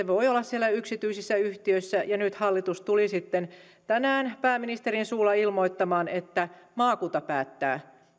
voivat olla siellä yksityisissä yhtiöissä ja nyt hallitus tuli sitten tänään pääministerin suulla ilmoittamaan että maakunta päättää